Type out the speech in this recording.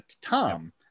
Tom